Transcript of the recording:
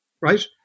right